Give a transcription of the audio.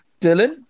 Dylan